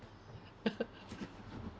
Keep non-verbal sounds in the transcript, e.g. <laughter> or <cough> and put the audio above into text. <laughs>